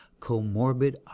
comorbid